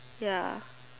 ya